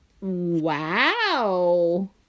Wow